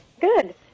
Good